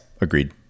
agreed